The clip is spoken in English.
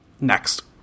Next